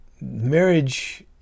marriage